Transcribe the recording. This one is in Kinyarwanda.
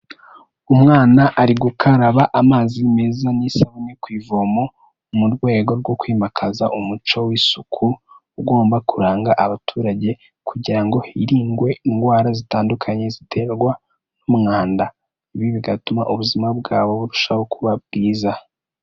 Umwana ari gukaraba amazi meza n'isabune ku ivomo mu rwego rwo kwimakaza umuco w'isuku ugomba kuranga abaturage kugira ngo hirindwe indwara zitandukanye ziterwa n'umwanda. Ibi bigatuma ubuzima bwabo burushaho kuba bwiza